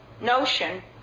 notion